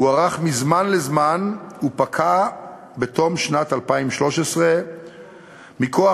הוארך מזמן לזמן ופקע בתום שנת 2013. מכוח